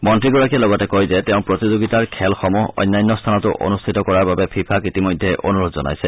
মন্ত্ৰীগৰাকীয়ে লগতে কয় যে তেওঁ প্ৰতিযোগিতাৰ খেলসমূহ অন্যান্য স্থানতো অনুষ্ঠিত কৰাৰ বাবে ফিফাক ইতিমধ্যে অনুৰোধ জনাইছে